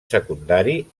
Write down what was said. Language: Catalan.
secundari